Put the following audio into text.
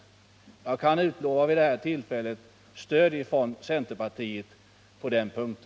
Jag kan i så fall utlova stöd från centerpartiet på den punkten.